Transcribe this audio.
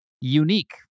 unique